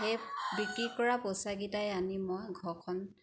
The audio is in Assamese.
সেই বিক্ৰী কৰা পইচাকেইটাই আনি মই ঘৰখন